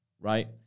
right